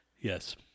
Yes